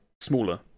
smaller